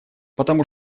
потому